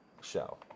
show